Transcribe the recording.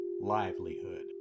livelihood